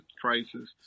crisis